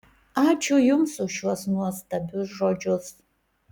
ačiū jums už šiuos nuostabius žodžius